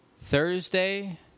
Thursday